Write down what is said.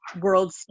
world